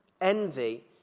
envy